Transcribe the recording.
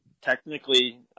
technically